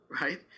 right